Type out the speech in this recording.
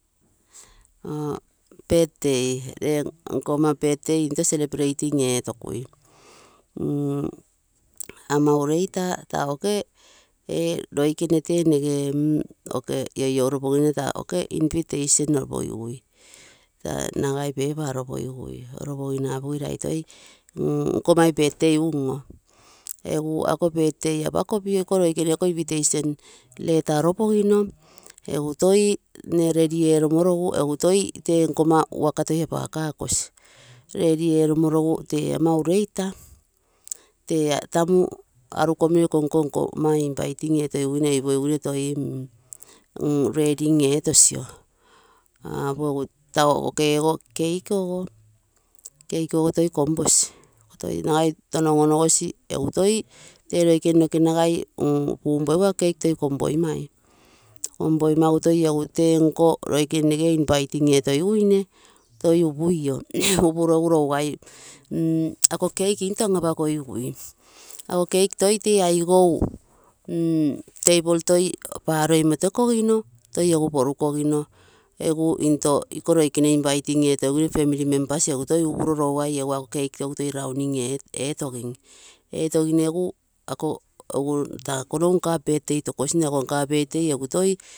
Birthday nkomma birthday into celebrating etokui, mm, ama ureita taa oke, tee roikene tee nege ioiouropo gine tee oke invitation letter opogigui nagai paper oropogigui, oropogino apogigui rai toi nkommai birthday un oo egu ako birthday apakopio iko roikene ako invitation letter oropogino, egu toi nne redi eromorogu egu toi tee nkomma waka toi apagakakosi, tee ama ureita, tee ama ureita tee tamu ikonko nkomma inviting etogiguine opogiguine toi redy etogio, apo, egu taa cake ogo toi komposi, nagai tono on onogosi egu toi tee roikene noke nagai pumpogigu ako cake toi kompoimai, kompoimagu egu toi teenko roikene nege inviting etogimoi, toi upuio, upuro egu rougai ako cake into an apakogigui, ako cake toi tee aigou, mm table toi paroi motekogino toi egu porukogino egu into, iko roikene inviting etogino tege family members egu toi upuro rougau egu toi ako cake egu toi rounding etogin, etogino, egu ako taa, ako nogu nkaa birthday tokoksine, ako nkaa birthday egu toi.